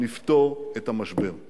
הוא מדבר אל אזרחי ישראל.